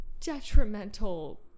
detrimental